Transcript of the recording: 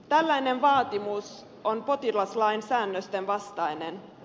tällainen vaatimus on potilaslain säännösten vastainen